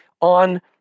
on